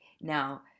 now